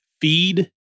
feed